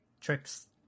tricks